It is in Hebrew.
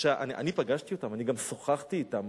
אני פגשתי אותם, אני גם שוחחתי אתם.